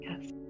Yes